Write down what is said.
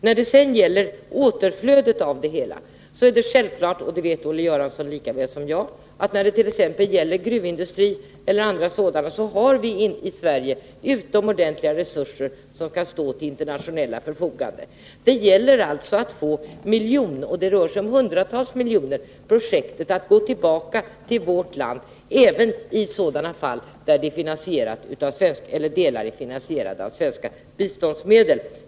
När det sedan gäller återflödet är det självklart — och det vet Olle Göransson lika väl som jag — att när det rör sig om gruvindustri eller andra sådana industrier har vi i Sverige utomordentliga resurser som kan ställas till förfogande på det internationella planet. Det gäller alltså att få miljonprojektet — det kan röra sig om hundratals miljoner — att gå tillbaka till vårt land även då det till vissa delar är finansierat av svenska biståndsmedel.